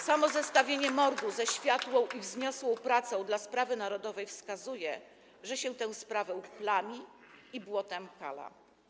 Samo zestawienie mordu ze światłą i wzniosłą pracą dla sprawy narodowej wskazuje, że się tę sprawę plami i błotem kala.